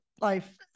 life